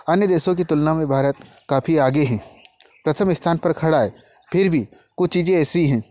अन्य देशों की तुलना में भारत काफ़ी आगे हें प्रथम स्थान पर खड़ा है फिर भी कुछ चीज़ें ऐसी हैं